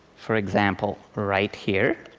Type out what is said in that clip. for example right here.